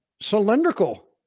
cylindrical